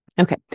Okay